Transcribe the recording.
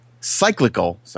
cyclical